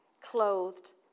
clothed